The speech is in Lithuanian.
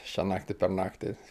šią naktį per naktį